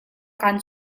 kaan